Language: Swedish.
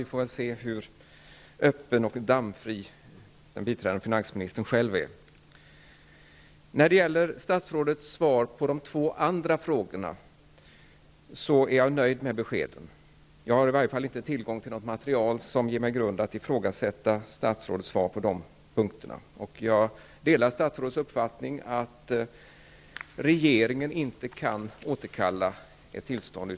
Vi får väl se hur öppen och dammfri biträdande finansministern själv är. När det gäller statsrådets svar på de två övriga frågorna är jag nöjd med beskeden. Jag har i varje fall inte tillgång till något material som ger mig anledning att ifrågasätta statsrådets svar på de punkterna. Jag delar statsrådets uppfattning att regeringen inte kan återkalla ett tillstånd.